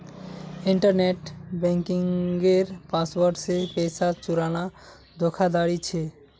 internet बन्किंगेर password से पैसा चुराना धोकाधाड़ी छे